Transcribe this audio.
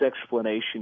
explanation